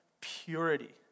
purity